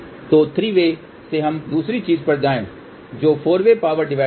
तो three way से हम दूसरी चीज़ पर जाएँ जो फोर वे पावर डिवाइडर है